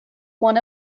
one